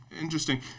interesting